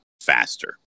faster